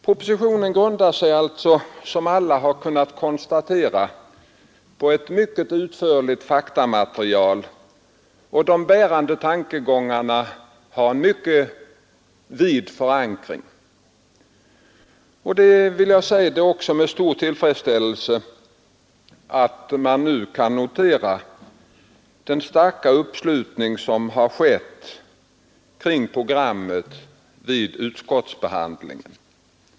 Som alla kunnat konstatera grundar sig propositionen på ett mycket utförligt faktamaterial, och de bärande tankegångarna har en mycket vid förankring. Jag vill också säga att det är med stor tillfredsställelse jag noterat den starka uppslutningen kring programmet vid utskottsbehandlingen.